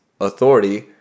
authority